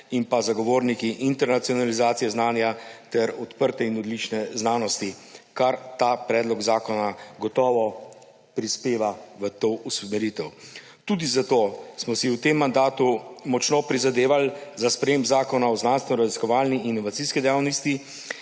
in zagovorniki internacionalizacije znanja ter odprte in odlične znanosti, kar ta predlog zakona gotovo prispeva v to usmeritev. Tudi zato smo si v tem mandatu močno prizadevali za sprejem Zakona o znanstvenoraziskovalni in inovacijski dejavnosti,